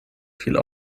viel